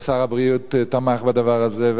ושר הבריאות תמך בדבר הזה,